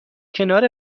کنار